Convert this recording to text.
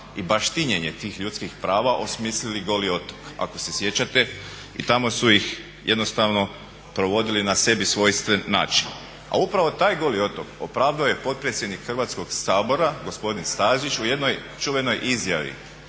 i baštinjenje tih ljudskih prava osmislili Goli otok, ako se sjećate i tamo su ih jednostavno provodili na sebi svojstven način. A upravo taj Goli otok opravdao je potpredsjednik Hrvatskog sabora, gospodin Stazić u jednoj čuvenoj izjavi: